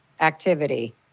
activity